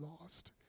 lost